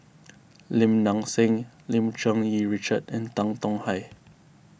Lim Nang Seng Lim Cherng Yih Richard and Tan Tong Hye